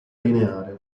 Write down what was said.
lineare